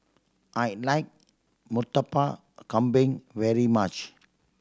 I like Murtabak Kambing very much